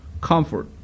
comfort